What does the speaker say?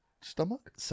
stomach